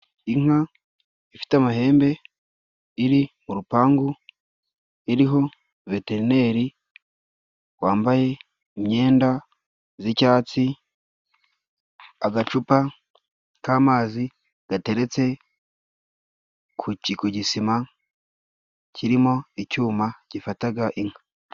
Inka ifite amahembe iri mu rupangu iriho veterineri wambaye imyenda z'icyatsi agacupa k'amazi gateretse ku gisima kirimo icyuma gifataga inka.